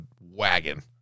wagon